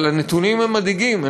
אבל הנתונים הם מדאיגים.